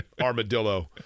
armadillo